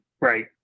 Right